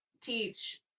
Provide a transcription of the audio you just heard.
teach